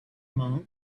monk